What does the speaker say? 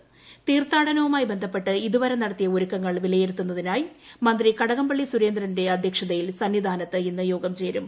ഭക്തജനത്തിരക്കാണ് തീർത്ഥാടനവുമായി ബന്ധപ്പെട്ട് ഇതുവരെ നടത്തിയ ഒരുക്കങ്ങൾ വിലയിരുത്തുന്നതിനായി മന്ത്രി കടകംപള്ളി സുരേന്ദ്രന്റെ അധ്യക്ഷതയിൽ സന്നിധാനത്ത് ഇന്ന് യോഗം ചേരും